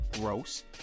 gross